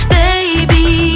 baby